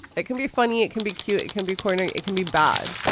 it can be funny, it can be cute. it can be corny. it can be bad.